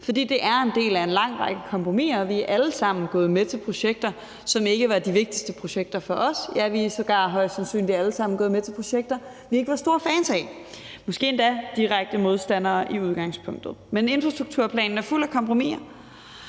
for det er en del af en lang række kompromiser. Vi er alle sammen gået med til projekter, som ikke var de vigtigste projekter for os. Vi er sågar højst sandsynligt alle sammen gået med til projekter, vi ikke var store fans af, måske endda direkte modstandere i udgangspunktet. Men infrastrukturplanen er fuld af kompromiser,